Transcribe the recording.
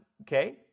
okay